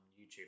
YouTube